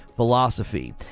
Philosophy